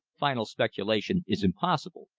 final speculation is impossible,